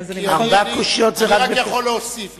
ארבע קושיות זה רק, אני רק יכול להוסיף.